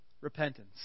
Repentance